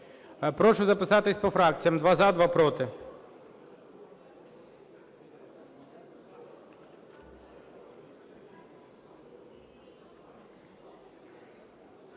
Прошу записатись по фракціям: два – за, два – проти.